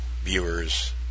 viewers